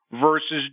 versus